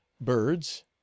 Birds